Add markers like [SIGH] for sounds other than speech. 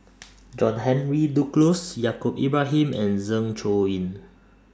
[NOISE] John Henry Duclos Yaacob Ibrahim and Zeng Shouyin